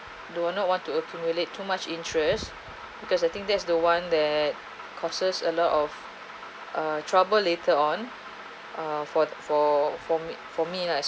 do not want to accumulate too much interest because I think that's the one that causes a lot of uh trouble later on err for t~ for for me for me lah